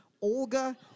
Olga